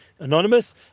Anonymous